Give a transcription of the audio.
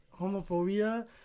homophobia